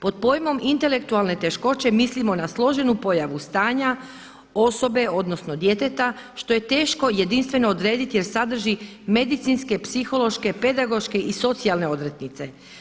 Pod pojmom intelektualne teškoće mislimo na složenu pojavu stanja osobe, odnosno djeteta što je teško jedinstveno odrediti jer sadrži medicinske, psihološke, pedagoške i socijalne odrednice.